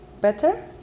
better